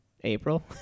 April